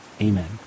Amen